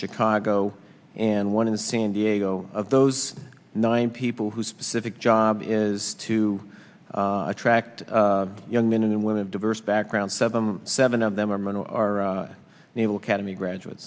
chicago and one in san diego of those nine people who specific job is to attract young men and women of diverse backgrounds seven seven of them are men who are naval academy graduate